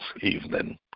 evening